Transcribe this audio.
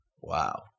Wow